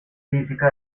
física